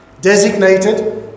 designated